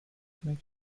make